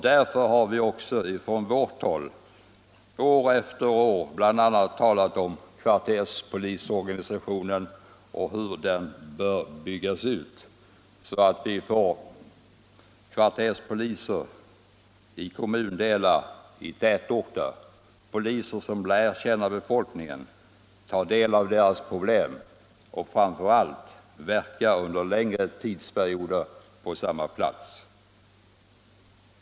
Därför har vi från vårt håll år efter år bl.a. talat om hur kvarterspolisorganisationen skulle utbyggas, så att vi i kommundelar och tätorter får kvarterspoliser som lär känna befolkningen och kan ta del av människornas problem samt framför allt verka under längre tidsperioder på samma plats.